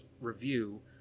review